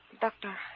Doctor